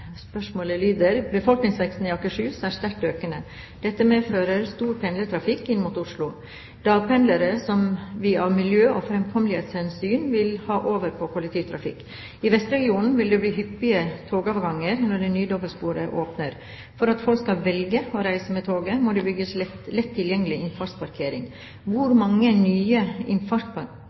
Spørsmålet lyder: «Befolkningsveksten i Akershus er sterkt økende. Dette medfører stor pendlertrafikk inn mot Oslo, dagpendlere som vi av miljø- og fremkommelighetshensyn vil ha over på kollektivtrafikk. I vestregionen vil det bli hyppige togavganger når det nye dobbeltsporet åpner. For at folk skal velge å reise med toget, må det bygges lett tilgjengelig innfartsparkering. Hvor mange nye